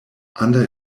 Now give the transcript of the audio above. under